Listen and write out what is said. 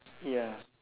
ya